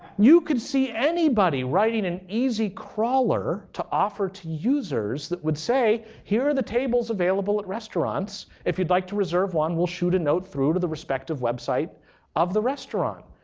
you could see anybody writing an easy crawler to offer to users that would say, here are the tables available at restaurants. if you'd like to reserve one, we'll shoot a note through to the respective website of the restaurant.